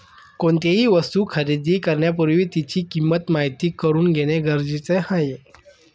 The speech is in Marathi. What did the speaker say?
कोणतीही वस्तू खरेदी करण्यापूर्वी तिची किंमत माहित करून घेणे गरजेचे आहे